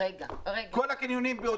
כל הקניונים.